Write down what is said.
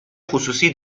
خصوصی